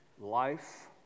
life